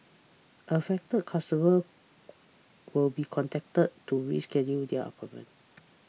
affected customers will be contacted to reschedule their appointments